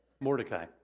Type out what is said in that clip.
Mordecai